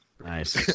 nice